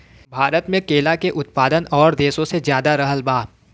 भारत मे केला के उत्पादन और देशो से ज्यादा रहल बा